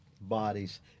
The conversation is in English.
bodies